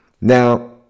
Now